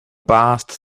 passed